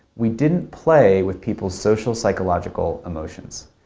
we didn't play with people's social psychological emotions.